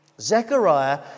Zechariah